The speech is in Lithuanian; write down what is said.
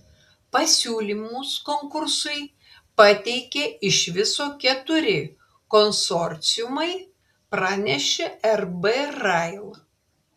pasiūlymus konkursui pateikė iš viso keturi konsorciumai pranešė rb rail